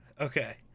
Okay